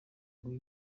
guha